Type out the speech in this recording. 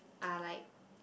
are like